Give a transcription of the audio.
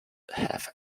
have